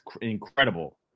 incredible